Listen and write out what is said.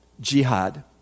Jihad